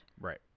Right